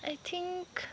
I think